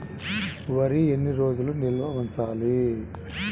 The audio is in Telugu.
వరి ఎన్ని రోజులు నిల్వ ఉంచాలి?